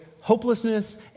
hopelessness